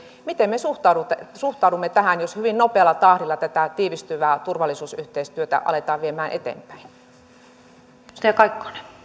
miten me ylipäätänsäkin suhtaudumme tähän jos hyvin nopealla tahdilla tätä tiivistyvää turvallisuusyhteistyötä aletaan viemään eteenpäin